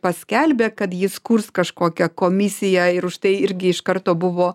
paskelbė kad jis kurs kažkokią komisiją ir už tai irgi iš karto buvo